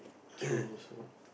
true also